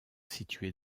situé